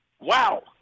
Wow